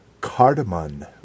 cardamom